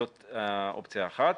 זאת אופציה אחת,